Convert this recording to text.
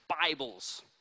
Bibles